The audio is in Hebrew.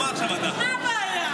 מה הבעיה?